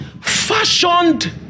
fashioned